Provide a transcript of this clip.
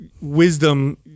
wisdom